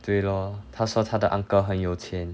对 lor 他说他的 uncle 很有钱